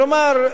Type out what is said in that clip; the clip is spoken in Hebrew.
כלומר,